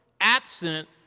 absent